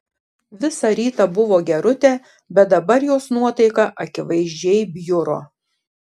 visą rytą buvo gerutė bet dabar jos nuotaika akivaizdžiai bjuro